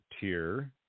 tier